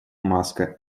маска